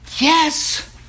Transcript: Yes